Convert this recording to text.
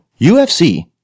UFC